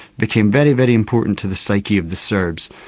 became very, very important to the psyche of the serbs,